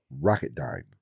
Rocketdyne